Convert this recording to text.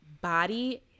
body